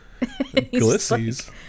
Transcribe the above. Glissies